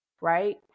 right